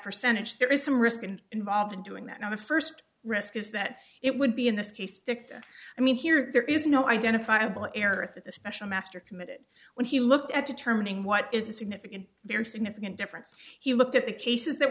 percentage there is some risk and involved in doing that now the first risk is that it would be in this case dicta i mean here there is no identifiable error at the special master committed when he looked at determining what is a significant very significant difference he looked at the cases that